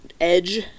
edge